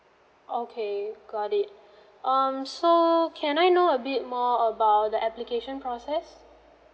okay got it um so can I know a bit more about the application process